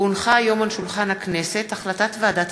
כי הונחה היום על שולחן הכנסת החלטת ועדת